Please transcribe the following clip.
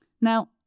Now